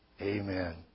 Amen